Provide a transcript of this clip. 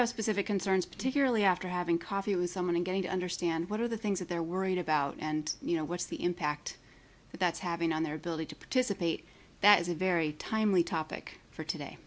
have specific concerns particularly after having coffee with someone and getting to understand what are the things that they're worried about and you know what's the impact that's having on their ability to participate that is a very timely topic for today